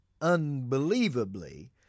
unbelievably